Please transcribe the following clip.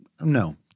No